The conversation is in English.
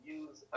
use